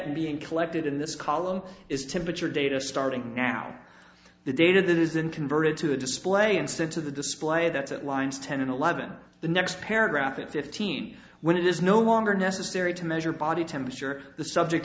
being collected in this column is temperature data starting now the data that is in converted to a display instead to the display that's at lines ten and eleven the next paragraph at fifteen when it is no longer necessary to measure body temperature the subject